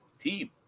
team